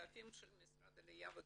לשותפים של משרד העלייה והקליטה,